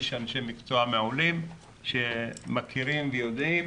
יש אנשי מקצוע מעולים שמכירים ויודעים